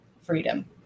freedom